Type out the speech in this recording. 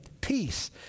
peace